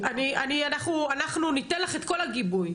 אנחנו ניתן לך את כל הגיבוי,